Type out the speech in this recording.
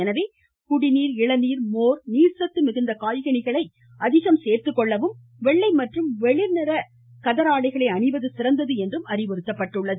எனவே குடிநீர் இளநீர் மோர் நீர்சத்து மிகுந்த காய்கனிகளை அதிகம் சேர்த்துக்கொள்ளவும் வெள்ளை மற்றும் வெளிர் நிற கதர் ஆடைகளை அணிவது சிறந்தது என்றும் அறிவுறுத்தப்பட்டுள்ளது